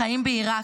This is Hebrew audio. החיים בעיראק,